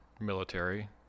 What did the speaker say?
military